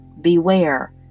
Beware